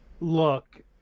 look